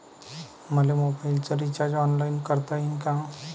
मले मोबाईलच recharge online करता येईन का?